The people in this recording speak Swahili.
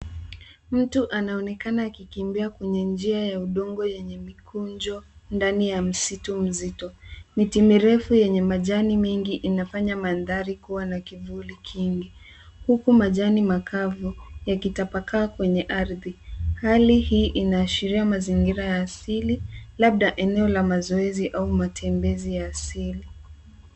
Mtu anaonekana akikimbia kwenye njia ya udongo yenye mikunjo ndani ya msitu mzito. Miti mirefu yenye majani mengi inafanya mandhari kua na kivuli kingi, huku majani makavu yakitapakaa kwenye ardhi. Hali hii inaashiria mazingira ya asili, labda eneo la mazoezi au matembezi ya asili.